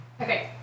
Okay